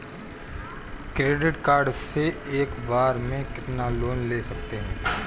Credit card से एक बार में कितना लोन ले सकते हैं?